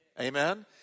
Amen